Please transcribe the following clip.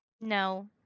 No